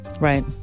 Right